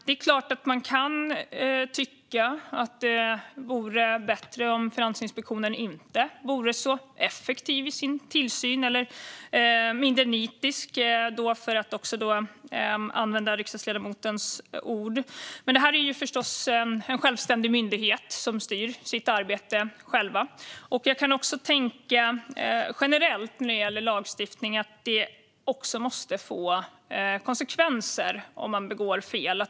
Det är klart att man kan tycka att det vore bättre om Finansinspektionen inte var så effektiv i sin tillsyn - eller mindre nitisk, för att använda riksdagsledamotens ord. Men det här är ju en självständig myndighet, och den styr förstås sitt arbete själv. Generellt när det gäller lagstiftning kan jag också tänka att det faktiskt måste få konsekvenser om någon gör fel.